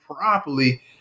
properly